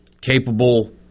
capable